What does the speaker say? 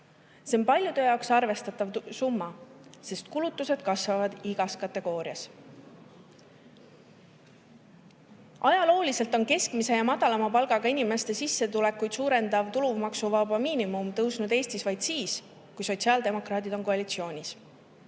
See on paljude jaoks arvestatav summa, sest kulutused kasvavad igas kategoorias. Ajalooliselt on keskmise ja madalama palgaga inimeste sissetulekuid suurendav tulumaksuvaba miinimum tõusnud Eestis vaid siis, kui Sotsiaaldemokraadid on koalitsioonis. See